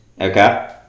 Okay